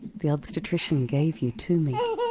the obstetrician gave you to me,